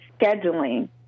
scheduling